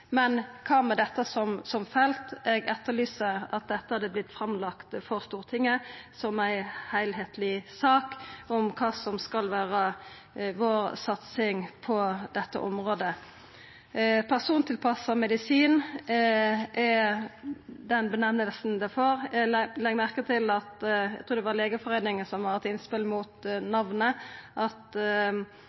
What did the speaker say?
men kva med dette som felt? Eg etterlyser at dette hadde vorte lagt fram for Stortinget som ei heilskapleg sak om kva som skal vera satsinga vår på dette området. «Persontilpassa medisin» er nemninga det får. Eg legg merke til at Legeforeininga, trur eg det var, har eit innspel mot namnet